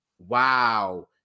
Wow